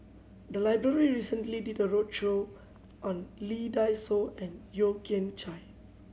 the library recently did a roadshow on Lee Dai Soh and Yeo Kian Chai